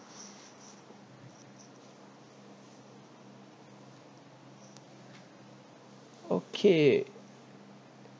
okay